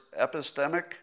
epistemic